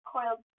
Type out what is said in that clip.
Coiled